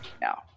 now